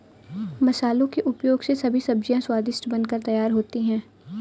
मसालों के उपयोग से सभी सब्जियां स्वादिष्ट बनकर तैयार होती हैं